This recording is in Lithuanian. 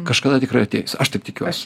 kažkada tikrai ateis aš taip tikiuos